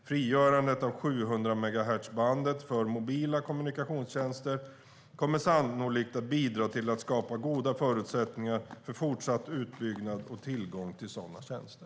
Frigörandet av 700-megahertzbandet för mobila kommunikationstjänster kommer sannolikt att bidra till att skapa goda förutsättningar för fortsatt utbyggnad och tillgång till sådana tjänster.